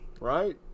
Right